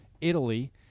Italy